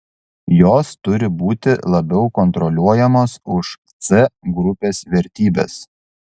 jos turi būti labiau kontroliuojamos už c grupės vertybes